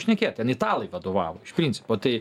šnekėt ten italai vadovavo iš principo tai